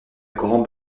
grand